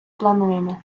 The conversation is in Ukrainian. плануємо